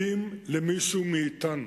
אם למישהו מאתנו